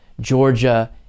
Georgia